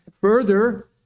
Further